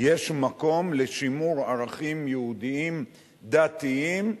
יש מקום לשימור ערכים יהודיים דתיים.